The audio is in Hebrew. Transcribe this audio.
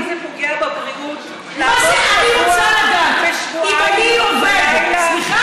את יודעת כמה זה פוגע בבריאות לעבוד שבוע בשבועיים לילה?